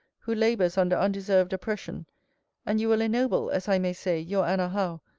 who labours under undeserved oppression and you will ennoble, as i may say, your anna howe,